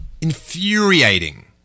infuriating